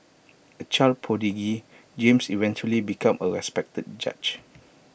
A child prodigy James eventually became A respected judge